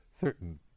certain